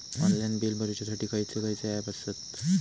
Online bill भरुच्यासाठी खयचे खयचे ऍप आसत?